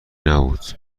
نبود